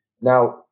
Now